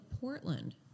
Portland